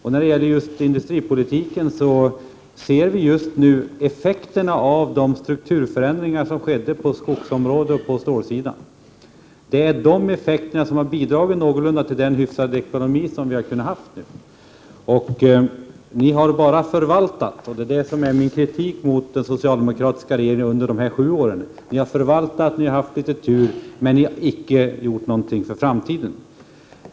I fråga om industripolitiken ser vi just nu effekterna av de strukturförändringar som skedde under den tiden på skogsområdet och på stålsidan. Det är de effekterna som har bidragit till den hyfsade ekonomi som vi nu har. Ni har bara förvaltat. Det är det som är min kritik mot den socialdemokratiska regeringen under de senaste sju åren. Ni har förvaltat. Ni har haft litet tur men ni har icke gjort någonting för framtiden.